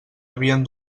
havien